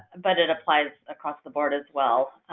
but it applies across the board as well.